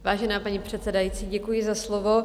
Vážená paní předsedající, děkuji za slovo.